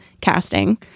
casting